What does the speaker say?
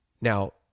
Now